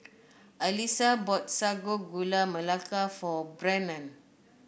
Alysa bought Sago Gula Melaka for Brennon